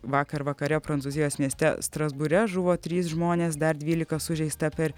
vakar vakare prancūzijos mieste strasbūre žuvo trys žmonės dar dvylika sužeista per